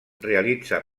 realitza